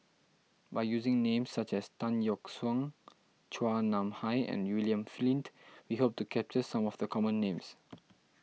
by using names such as Tan Yeok Seong Chua Nam Hai and William Flint we hope to capture some of the common names